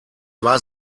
war